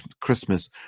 Christmas